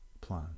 plan